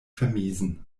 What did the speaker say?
vermiesen